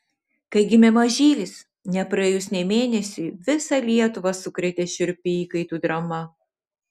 kai gimė mažylis nepraėjus nė mėnesiui visą lietuvą sukrėtė šiurpi įkaitų drama